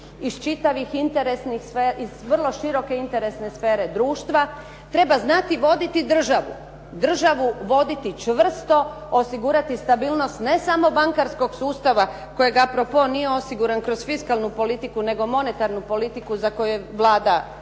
iz čitavih interesnih, iz vrlo široke sfere društva. Treba znati voditi državu, državu voditi čvrsto, osigurati sigurnost ne samo bankarskog sustava kojega a pro po nije osiguran kroz fiskalnu politiku nego monetarnu politiku u kojoj Vlada